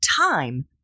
time